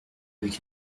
avec